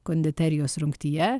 konditerijos rungtyje